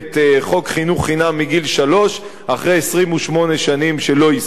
חינוך חינם מגיל שלוש אחרי 28 שנים שלא יישמו אותו,